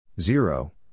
Zero